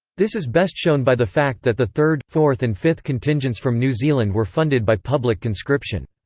this is best shown by the fact that the third, fourth and fifth contingents from new zealand were funded by public conscription.